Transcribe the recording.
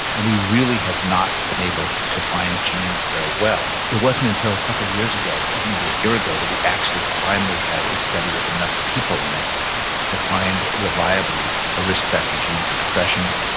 and we really have not been able to find genes very well it wasn't until a couple of years ago, even maybe a year ago, that we actually finally had a study with enough people in it to find reliably a risk-factor gene for depression.